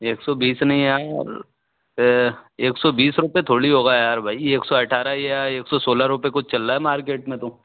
एक सौ बीस नहीं यार एक सौ बीस रुपये थोड़ी होगा यार भाई एक सौ अट्ठारह या एक सौ सोलह रुपये कुछ चल रहा है मार्केट में तो